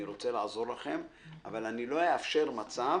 אני רוצה לעזור לכם, אבל לא אאפשר מצב